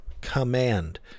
command